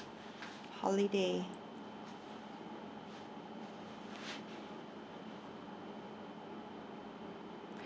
holiday